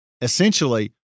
essentially